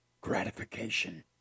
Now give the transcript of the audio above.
gratification